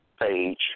page